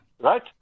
Right